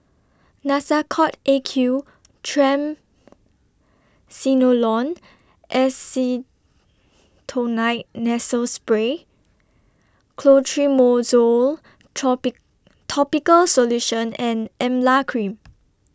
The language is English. Nasacort A Q Triamcinolone Acetonide Nasal Spray Clotrimozole troppy Topical Solution and Emla Cream